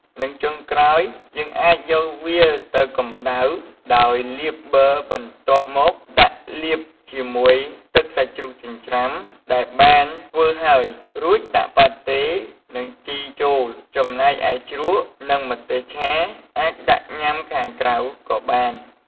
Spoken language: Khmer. និងចុងក្រោយ យើងអាចយកវាទៅកំដៅហើយលាបប័របន្ទាប់មកដាក់លាបជាមួយទឹកសាច់ជ្រូកចិញ្រ្ចាំដែលបានធ្វើហើយ រួចដាក់ប៉ាតេនិងជីចូលចំណែកឯជ្រក់និងម្ទេសឆាអាចដាក់ញុាំខាងក្រៅក៏បាន។